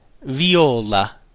Viola